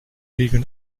regeln